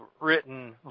written